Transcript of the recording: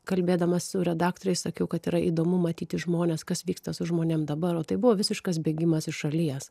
kalbėdama su redaktoriais sakiau kad yra įdomu matyti žmones kas vyksta su žmonėm dabar o tai buvo visiškas bėgimas iš šalies